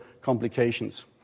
complications